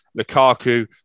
Lukaku